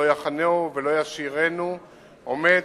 לא יחנהו ולא ישאירנו עומד,